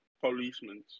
policemen